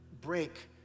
break